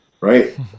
right